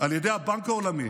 על ידי הבנק העולמי